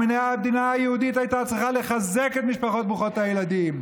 המדינה היהודית הייתה צריכה לחזק את המשפחות ברוכות הילדים,